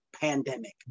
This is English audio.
pandemic